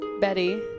Betty